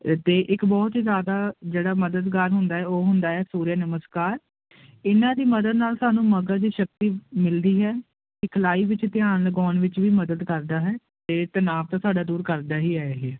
ਅਤੇ ਇੱਕ ਬਹੁਤ ਏ ਜ਼ਿਆਦਾ ਜਿਹੜਾ ਮਦਦਗਾਰ ਹੁੰਦਾ ਹੈ ਉਹ ਹੁੰਦਾ ਹੈ ਸੁਰਿਆ ਨਮਸਕਾਰ ਇਹਨਾਂ ਦੀ ਮਦਦ ਨਾਲ ਸਾਨੂੰ ਮਗਾ ਦੀ ਸ਼ਕਤੀ ਮਿਲਦੀ ਹੈ ਸਿਖਲਾਈ ਵਿੱਚ ਧਿਆਨ ਲਗਾਉਣ ਵਿੱਚ ਵੀ ਮਦਦ ਕਰਦਾ ਹੈ ਅਤੇ ਤਣਾਅ ਤਾਂ ਸਾਡਾ ਦੂਰ ਕਰਦਾ ਹੀ ਹੈ ਇਹ